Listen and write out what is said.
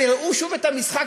והראו שוב את המשחק,